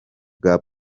bwa